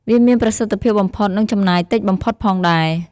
វាមានប្រសិទ្ធភាពបំផុត និងចំណាយតិចបំផុតផងដែរ។